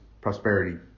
prosperity